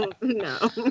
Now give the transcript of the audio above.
no